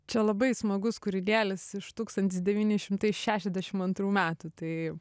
čia labai smagus kūrinėlis iš tūkstantis devyni šimtai šešiasdešim antrų metų tai